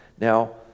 Now